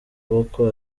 boko